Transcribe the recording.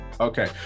Okay